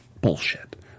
bullshit